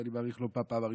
ואני מעריך שלא בפעם הראשונה,